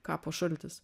kapo šaltis